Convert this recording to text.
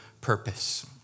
purpose